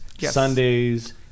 Sundays